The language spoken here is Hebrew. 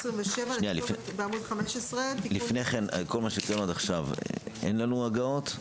27. --- בעמוד 15. לפני כן בכל מה שעשינו עד עכשיו אין לנו הגהות?